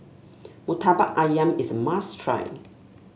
murtabak ayam is a must try